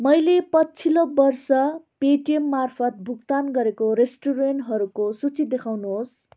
मैले पछिल्लो वर्ष पेटिएम मार्फत भुक्तान गरेको रेस्टुरेन्टहरूको सूची देखाउनुहोस्